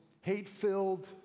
hate-filled